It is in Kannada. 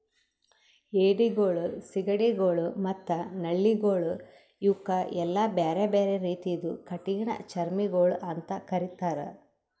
ಏಡಿಗೊಳ್, ಸೀಗಡಿಗೊಳ್ ಮತ್ತ ನಳ್ಳಿಗೊಳ್ ಇವುಕ್ ಎಲ್ಲಾ ಬ್ಯಾರೆ ಬ್ಯಾರೆ ರೀತಿದು ಕಠಿಣ ಚರ್ಮಿಗೊಳ್ ಅಂತ್ ಕರಿತ್ತಾರ್